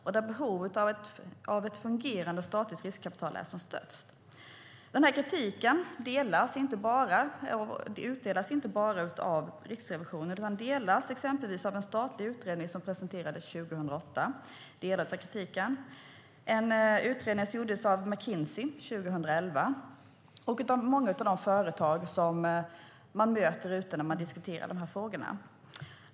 Där är behovet av ett fungerande statligt riskkapital som störst. Kritiken utdelas inte bara av Riksrevisionen. Delar av kritiken delas exempelvis av en statlig utredning som presenterades 2008, en utredning som gjordes av McKinsey 2011 och många av de företag man möter ute när man diskuterar dessa frågor.